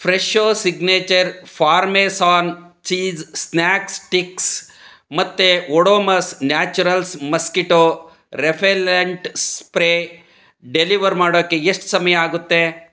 Fresho signature parmesan cheese snacks sticks ಮತ್ತೆ Odomos naturals mosquito repellent spray deliver ಮಾಡೋಕೆ ಎಷ್ಟು ಸಮಯ ಆಗುತ್ತೆ